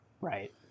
Right